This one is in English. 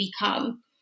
become